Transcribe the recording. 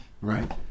right